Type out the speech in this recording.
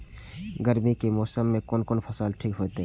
गर्मी के मौसम में कोन कोन फसल ठीक होते?